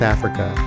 Africa